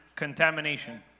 contamination